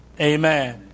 Amen